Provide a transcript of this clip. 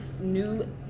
new